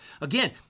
Again